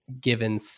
given